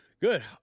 good